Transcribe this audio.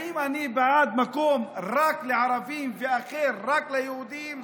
האם אני בעד מקום רק לערבים ואחר רק ליהודים?